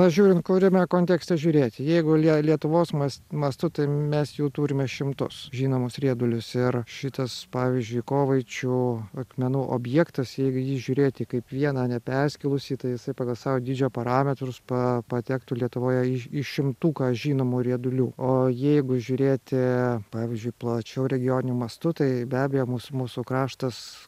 na žiūrint kuriame kontekste žiūrėti jeigu lie lietuvos mas mastu tai mes jų turime šimtus žinomus riedulius ir šitas pavyzdžiui kovaičių akmenų objektas jeigu jį žiūrėti kaip vieną neperskilusį tai jisai pagal savo dydžio parametrus pa patektų lietuvoje į į šimtuką žinomų riedulių o jeigu žiūrėti pavyzdžiui plačiau regioniniu mastu tai be abejo mūsų mūsų kraštas